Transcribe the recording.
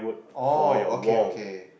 oh okay okay